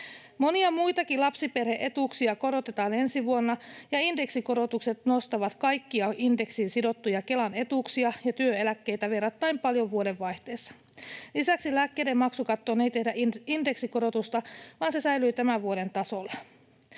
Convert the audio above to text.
Monia muitakin lapsiperhe-etuuksia korotetaan ensi vuonna, ja indeksikorotukset nostavat kaikkia indeksiin sidottuja Kelan etuuksia ja työeläkkeitä verrattain paljon vuodenvaihteessa. Lisäksi lääkkeiden maksukattoon ei tehdä indeksikorotusta, vaan se säilyy tämän vuoden tasolla.